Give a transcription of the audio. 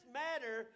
matter